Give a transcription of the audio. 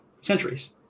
centuries